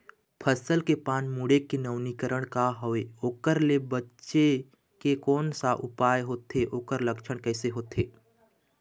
फसल के पान मुड़े के नवीनीकरण का हवे ओकर ले बचे के कोन सा उपाय होथे ओकर लक्षण कैसे होथे?